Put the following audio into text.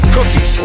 Cookies